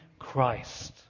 Christ